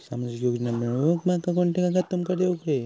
सामाजिक योजना मिलवूक माका कोनते कागद तुमका देऊक व्हये?